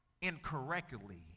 incorrectly